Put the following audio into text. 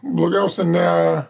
blogiausia ne